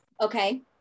okay